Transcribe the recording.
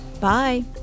bye